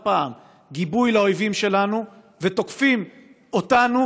פעם גיבוי לאויבים שלנו ותוקפים אותנו,